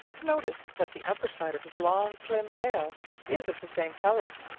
notice that the upper side of his long slim tail is of the same color,